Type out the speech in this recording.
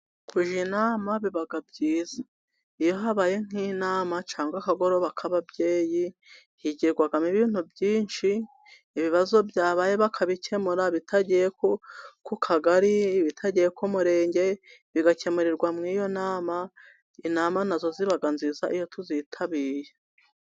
kujya inama biba byiza. Iyo habaye nk'inama cyangwa akagoroba k'ababyeyi, higirwamo ibintu byinshi. Ibibazo byabaye bakabikemura bitagiye ku Kagari. Ibitagiye ku Murenge bigakemurirwa muri iyo nama. Inama na zo ziba nziza iyo tuzitabiriye.